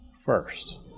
first